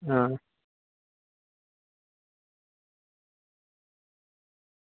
હા